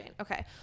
Okay